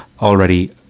already